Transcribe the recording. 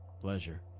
Pleasure